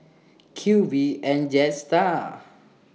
Q V and Jetstar